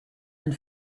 and